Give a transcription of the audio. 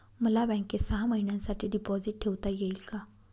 मला बँकेत सहा महिन्यांसाठी डिपॉझिट ठेवता येईल का?